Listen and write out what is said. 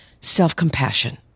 self-compassion